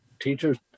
Teachers